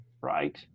right